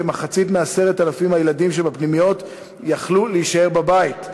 כמחצית מ-10,000 הילדים שבפנימיות יכלו להישאר בבית,